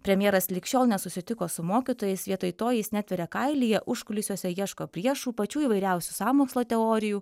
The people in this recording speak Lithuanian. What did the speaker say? premjeras lig šiol nesusitiko su mokytojais vietoj to jis netveria kailyje užkulisiuose ieško priešų pačių įvairiausių sąmokslo teorijų